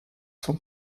sont